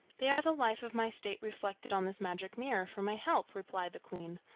they are the life of my state reflected on this magic mirror for my help, replied the queen.